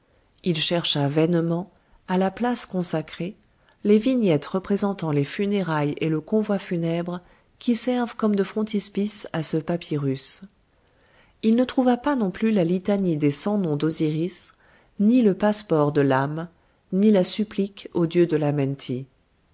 il chercha vainement à la place consacrée les vignettes représentant les funérailles et le convoi funèbre qui servent de frontispice à ce papyrus il ne trouva pas non plus la litanie des cent noms d'osiris ni le passeport de l'âme ni la supplique aux dieux de l'amenti